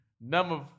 Number